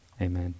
amen